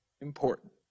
important